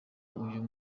uyu